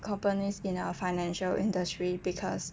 companies in a financial industry because